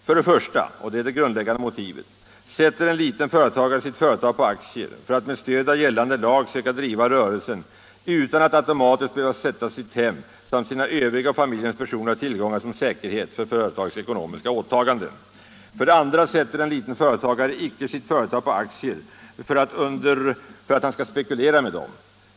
För det första — och detta är det grundläggande motivet — sätter en liten företagare sitt företag på aktier för att med stöd av gällande lag söka driva rörelsen utan att automatiskt behöva ställa sitt hem samt sina övriga och familjens personliga tillgångar som säkerhet för företagets ekonomiska åtaganden. För det andra sätter en liten företagare icke sitt företag på aktier för att han skall spekulera med dem.